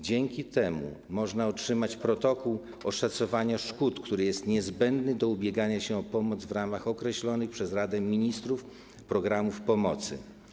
Dzięki temu można otrzymać protokół oszacowania szkół, który jest niezbędny do ubiegania się o pomoc w ramach określonych przez Radę Ministrów programów pomocy.